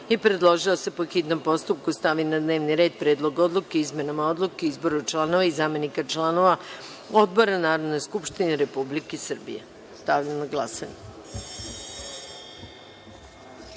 je predložila, da se po hitnom postupku, stavi na dnevni red Predlog odluke o izmenama odluke o izboru članova i zamenika članova odbora Narodne skupštine Republike Srbije, koji je